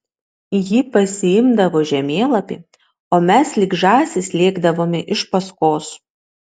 ji pasiimdavo žemėlapį o mes lyg žąsys lėkdavome iš paskos